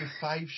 five